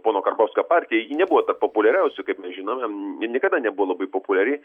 pono karbauskio partija ji nebuvo tarp populiariausių kaip mes žinome ji niekada nebuvo labai populiari